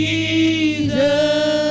Jesus